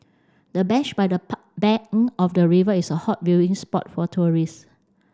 the bench by the bank of the river is a hot viewing spot for tourists